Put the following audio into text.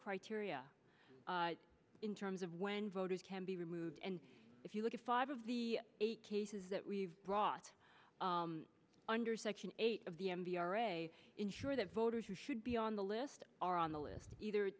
criteria in terms of when voters can be removed and if you look at five of the eight cases that we've brought under section eight of the m t r a ensure that voters who should be on the list are on the list either